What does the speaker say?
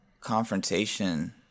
confrontation